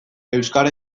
euskara